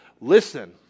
listen